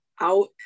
out